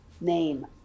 name